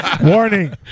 Warning